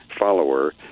follower